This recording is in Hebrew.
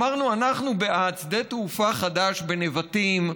אמרנו: אנחנו בעד שדה תעופה חדש בנבטים,